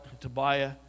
Tobiah